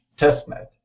testnet